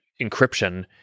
encryption